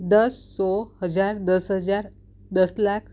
દસ સો હજાર દસ હજાર દસ લાખ